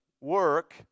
work